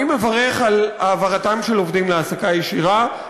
אני מברך על העברתם של עובדים להעסקה ישירה,